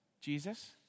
Jesus